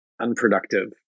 unproductive